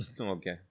Okay